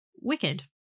wicked